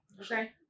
Okay